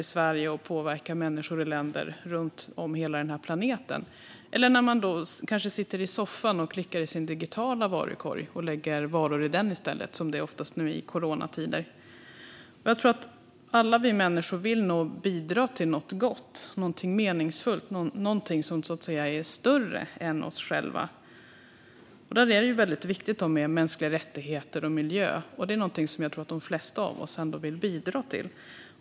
Då tror jag kanske inte att man tänker på att varje vara som man lägger i sin korg påverkar andra länder, människor i Sverige och människor i länder runt om på hela planeten. Jag tror nog att alla vi människor vill bidra till något gott, någonting meningsfullt, någonting som är större än vi själva. Då är det väldigt viktigt med mänskliga rättigheter och miljö, och det är någonting som jag tror att de flesta av oss ändå vill bidra till.